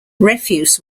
refuse